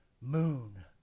moon